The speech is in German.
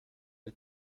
bei